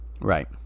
Right